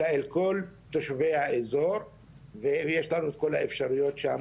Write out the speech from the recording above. אלא את כל תושבי האזור ויש לנו את כל האפשרויות שם